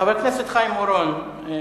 חבר הכנסת חיים אורון,